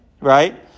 right